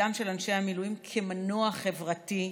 תפקידם של אנשי המילואים כמנוע חברתי,